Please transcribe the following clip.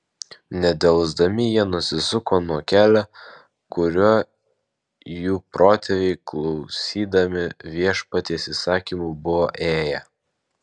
nedelsdami jie nusisuko nuo kelio kuriuo jų protėviai klausydami viešpaties įsakymų buvo ėję